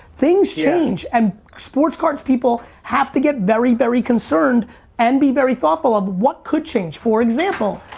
things change and sports cards people have to get very, very concerned and be very thoughtful of what could change? for example,